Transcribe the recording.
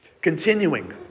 Continuing